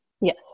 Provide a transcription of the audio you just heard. Yes